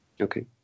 okay